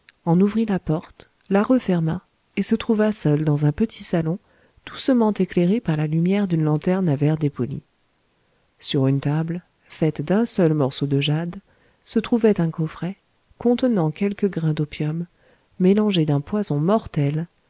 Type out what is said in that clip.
en ouvrit la porte la referma et se trouva seul dans un petit salon doucement éclairé par la lumière d'une lanterne à verres dépolis sur une table faite d'un seul morceau de jade se trouvait un coffret contenant quelques grains d'opium mélangés d'un poison mortel